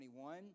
21